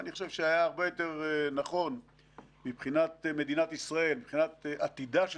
אני חושב שהיה הרבה יותר סימפתי לעשות את הדיון הזה ולדון על עזה,